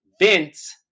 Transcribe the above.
Vince